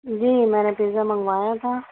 جی میں نے پزا منگوایا تھا